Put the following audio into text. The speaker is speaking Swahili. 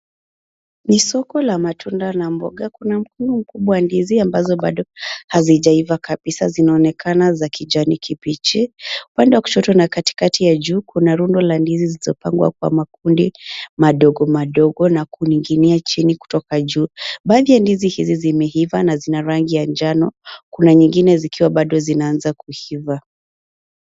Ni soko la matunda na mboga, kuna mkunga mkubwa wa ndizi ambazo bado hazijaiva kabisa zinaonekana za kijani kibichi huenda kushoto na katikati ya juu kuna rundo la ndizi zilizopangwa kwa makundi madogomadogo na kununginia chini kutoka juu. Baadhi ya ndizi hizi zimeiva na zina rangi ya njano kuna nyingine bado zinaanza kuiva.